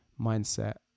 mindset